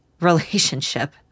relationship